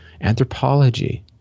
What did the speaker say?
anthropology